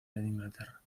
inglaterra